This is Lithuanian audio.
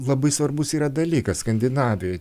labai svarbus yra dalykas skandinavijoj